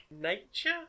Nature